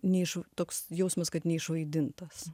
neiš toks jausmas kad neišvaidintas